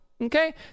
okay